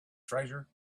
treasure